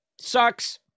sucks